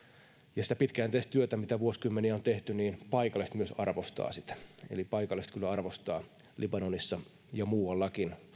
ja sitä pitkäjänteistä työtä mitä vuosikymmeniä on tehty paikalliset myös arvostavat eli paikalliset kyllä arvostavat libanonissa ja muuallakin